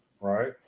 right